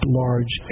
large